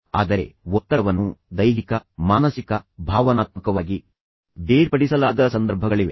ಆದರೆ ಒತ್ತಡವನ್ನು ದೈಹಿಕ ಮಾನಸಿಕ ಭಾವನಾತ್ಮಕವಾಗಿ ಬೇರ್ಪಡಿಸಲಾಗದ ಸಂದರ್ಭಗಳಿವೆ